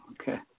Okay